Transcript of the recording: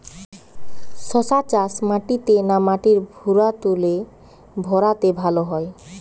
শশা চাষ মাটিতে না মাটির ভুরাতুলে ভেরাতে ভালো হয়?